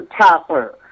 Topper